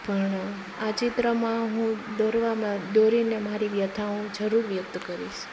પણ આ ચિત્રમાં હું દોરવામાં દોરીને મારી વ્યથાઓ જરૂર વ્યક્ત કરીશ